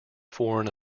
foreign